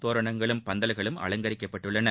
தோரணங்களும் பந்தல்களும் அலங்கரிக்கப்பட்டுள்ளன